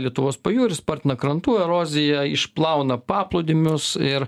lietuvos pajūrį spartina krantų eroziją išplauna paplūdimius ir